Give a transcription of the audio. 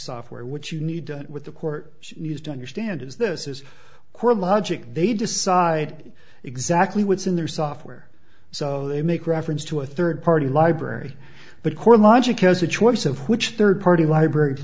software what you need with the court used to understand is this is core logic they decide exactly what's in their software so they make reference to a third party library but core logic has a choice of which third party library to